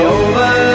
over